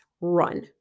run